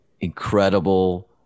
incredible